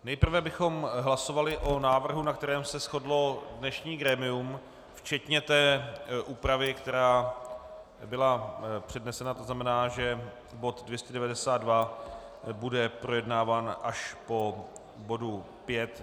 Nejprve bychom hlasovali o návrhu, na kterém se shodlo dnešní grémium včetně té úpravy, která byla přednesena, to znamená, že bod 292 bude projednáván až po bodu 5.